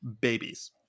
babies